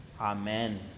amen